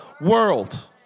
world